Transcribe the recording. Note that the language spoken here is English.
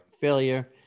failure